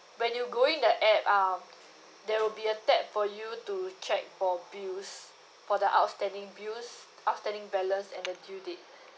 when you go in the app um there will be a tab for you to check for bills for the outstanding bills outstanding balance and the due date